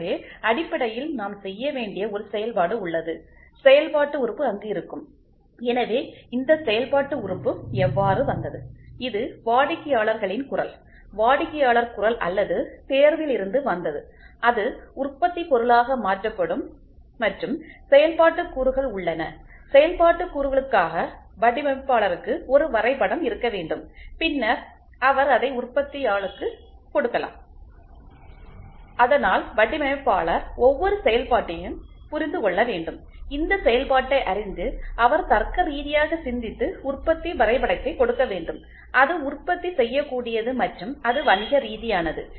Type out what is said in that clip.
எனவே அடிப்படையில் நாம் செய்ய வேண்டிய ஒரு செயல்பாடு உள்ளது செயல்பாட்டு உறுப்பு அங்கு இருக்கும் எனவே இந்த செயல்பாட்டு உறுப்பு எவ்வாறு வந்தது இது வாடிக்கையாளர்களின் குரல் வாடிக்கையாளர் குரல் அல்லது தேர்வில் இருந்து வந்தது அது உற்பத்தி பொருளாக மாற்றப்படும் மற்றும் செயல்பாட்டு கூறுகள் உள்ளன செயல்பாட்டு கூறுகளுக்காக வடிவமைப்பாளருக்கு ஒரு வரைபடம் இருக்க வேண்டும் பின்னர் அவர் அதை உற்பத்தியாளுக்கு கொடுக்கலாம் அதனால்வடிவமைப்பாளர் ஒவ்வொரு செயல்பாட்டையும் புரிந்து கொள்ள வேண்டும் இந்த செயல்பாட்டை அறிந்து அவர் தர்க்கரீதியாக சிந்தித்து உற்பத்தி வரைபடத்தை கொடுக்க வேண்டும் அது உற்பத்தி செய்யக்கூடியது மற்றும் அது வணிக ரீதியானது